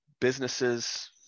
businesses